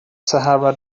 sahara